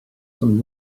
some